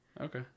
okay